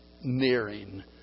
nearing